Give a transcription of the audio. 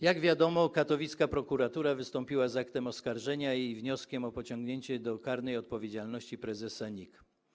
Jak wiadomo, katowicka prokuratura wystąpiła z aktem oskarżenia i wnioskiem o pociągnięcie do odpowiedzialności karnej prezesa NIK.